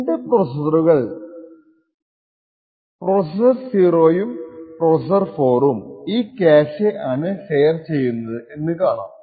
രണ്ട് പ്രോസെസ്സറുകൾ പ്രോസെസ്സർ 0 ഉം 4 ഉം ഈ ക്യാഷെ ആണ് ഷെയർ ചെയുന്നത് എന്ന കാണാം